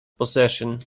possession